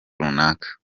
runaka